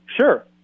Sure